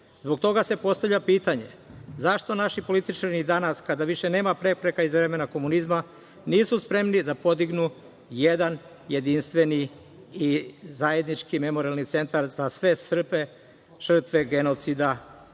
Zbog toga se postavlja pitanje - zašto naši političari ni danas, kada više nema prepreka iz vremena komunizma, nisu spremni da podignu jedan jedinstveni i zajednički memorijalni centar za sve Srbe žrtve genocida